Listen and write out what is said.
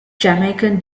jamaican